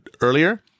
earlier